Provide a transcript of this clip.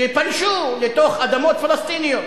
שפלשו לתוך אדמות פלסטיניות,